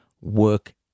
work